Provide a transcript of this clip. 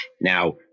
Now